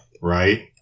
Right